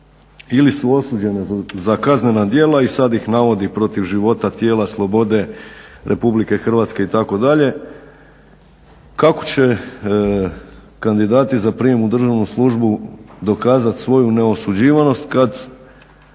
ili su osuđene za kaznena djela i sad ih navodi protiv života, tijela, slobode Republike Hrvatske itd. Kako će kandidati za prijem u državnu službu dokazati svoju neosuđivanost kad